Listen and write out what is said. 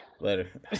Later